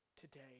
today